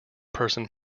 person